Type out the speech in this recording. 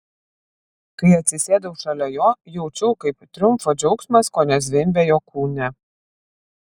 kai atsisėdau šalia jo jaučiau kaip triumfo džiaugsmas kone zvimbia jo kūne